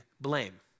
blame